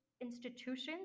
institutions